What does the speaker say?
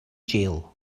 jail